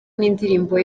n’indirimbo